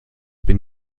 been